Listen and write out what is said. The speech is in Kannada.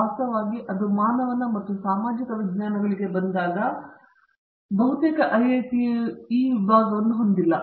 ವಾಸ್ತವವಾಗಿ ಅದು ಮಾನವನ ಮತ್ತು ಸಾಮಾಜಿಕ ವಿಜ್ಞಾನಗಳಿಗೆ ಬಂದಾಗ ಬಹುತೇಕ ಐಐಟಿಯಲ್ಲ ಈ ವಿಭಾಗವನ್ನು ಹೊಂದಿಲ್ಲ